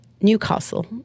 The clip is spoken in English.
Newcastle